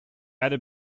erde